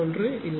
01 இல்லை